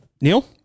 Neil